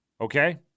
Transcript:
Okay